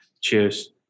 Cheers